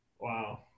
Wow